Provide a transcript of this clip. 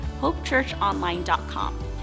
HopeChurchOnline.com